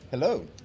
Hello